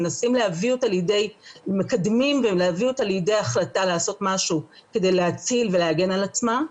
מנסים להביא אותה לידי החלטה לעשות משהו כדי להציל ולהגן על עצמה.